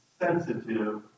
sensitive